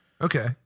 Okay